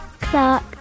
Clark